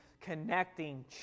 connecting